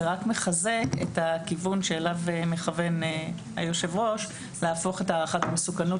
זה רק מחזק את הכיוון אליו מכוון היושב ראש להפוך את הערכת המסוכנות